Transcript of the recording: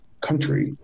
country